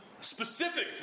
specific